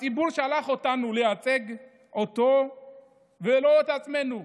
הציבור שלח אותנו לייצג אותו ולא את עצמנו.